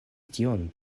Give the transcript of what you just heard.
tion